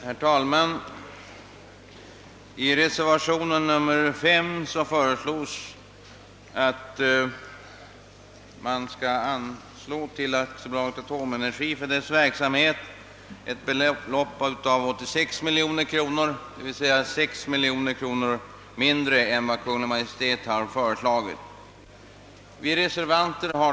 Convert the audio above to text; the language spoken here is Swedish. Herr talman! I reservation 5 föreslås ett anslag till Aktiebolaget Atomenergi för dess verksamhet på 86 miljoner kronor, d. v. s. 6 miljoner kronor mindre än vad Kungl. Maj:t föreslår.